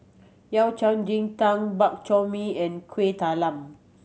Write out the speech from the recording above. Yao Cai ji tang Bak Chor Mee and Kuih Talam